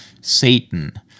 Satan